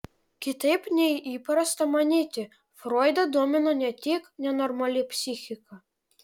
kitaip nei įprasta manyti froidą domino ne tik nenormali psichika